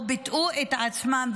או ביטאו את עצמם.